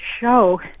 show